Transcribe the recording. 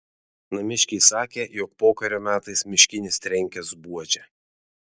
namiškiai sakė jog pokario metais miškinis trenkęs buože